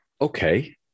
okay